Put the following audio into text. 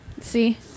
See